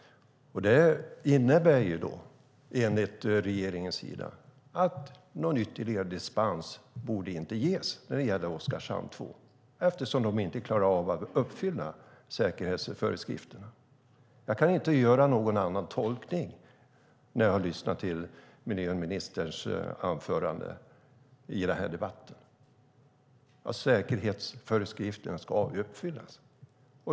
Enligt regeringen innebär detta att någon ytterligare dispens inte borde ges när det gäller Oskarshamn 2 eftersom de inte klarar av att uppfylla säkerhetsföreskrifterna. Jag kan inte göra någon annan tolkning efter att ha hört miljöministerns anföranden i den här debatten. Säkerhetsföreskrifterna ska uppfyllas.